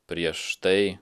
prieš tai